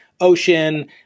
ocean